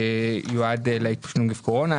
שיועד להתמודדות עם התפשטות נגיף הקורונה,